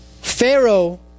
Pharaoh